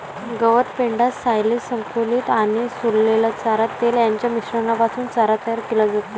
गवत, पेंढा, सायलेज, संकुचित आणि सोललेला चारा, तेल यांच्या मिश्रणापासून चारा तयार केला जातो